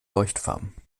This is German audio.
leuchtfarben